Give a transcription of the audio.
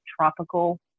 tropical